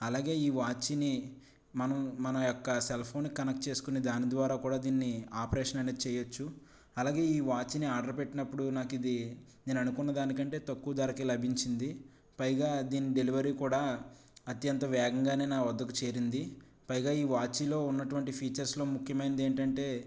అలాగే ఈ వాచ్ ని మనం మన యొక్క సెల్ ఫోన్ కనెక్ట్ చేసుకునే దాని ద్వారా కూడా దీన్ని ఆపరేషన్ అనేది చేయొచ్చు అలాగే ఈ వాచ్ ని ఆర్డర్ పెట్టినప్పుడు నాకు ఇది నేను అనుకున్న దానికంటే తక్కువ ధరకే లభించింది పైగా దీని డెలివరీ కూడా అత్యంత వేగంగానే నా వద్దకు చేరింది పైగా ఈ వాచ్ లో ఉన్నటువంటి ఫీచర్స్ లో ముఖ్యమైనది ఏంటంటే